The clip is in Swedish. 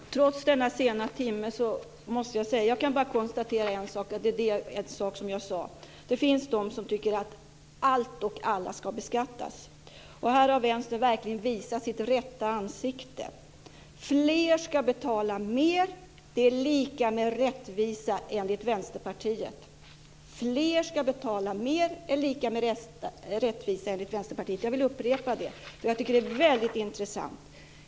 Fru talman! Trots denna sena timme måste jag bara konstatera en sak, en sak som jag tidigare sagt. Det finns de som tycker att allt och alla ska beskattas. Här har Vänstern verkligen visat sitt rätta ansikte. Fler ska betala mer. Det är lika med rättvisa enligt Vänsterpartiet. Fler ska betala mer är lika med rättvisa enligt Vänsterpartiet - jag vill upprepa det för jag tycker att det är väldigt intressant.